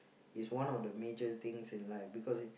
is one of the major things in life because